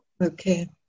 Okay